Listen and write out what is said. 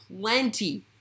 plenty